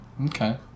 Okay